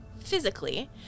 physically